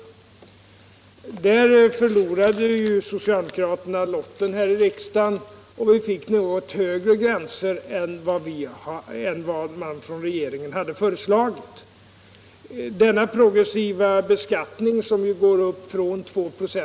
I den frågan förlorade socialdemokraterna lottningen här i riksdagen, och vi fick något högre gränser än vad regeringen hade föreslagit. Denna progressiva beskattning som går upp från 2 ".